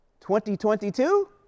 2022